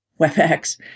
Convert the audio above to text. WebEx